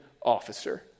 Officer